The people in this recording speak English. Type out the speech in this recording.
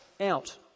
out